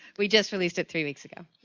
we just released it three weeks ago.